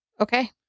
Okay